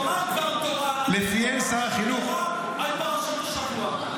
תאמר דבר תורה על פרשת השבוע.